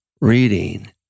reading